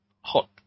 hot